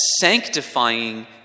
sanctifying